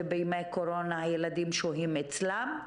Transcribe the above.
ובימי הקורונה הילדים שוהים אצלם.